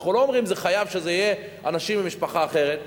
אנחנו לא אומרים: זה חייב שזה יהיה אנשים ממשפחה אחרת.